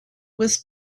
was